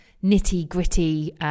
nitty-gritty